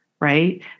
right